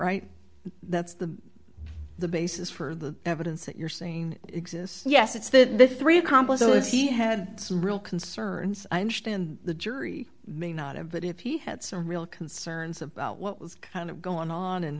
right that's the the basis for the evidence that you're saying exists yes it's that the three accomplices he had some real concerns in the jury may not have but if he had some real concerns about what was kind of going on and